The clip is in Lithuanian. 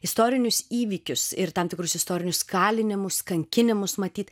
istorinius įvykius ir tam tikrus istorinius kalinimus kankinimus matyt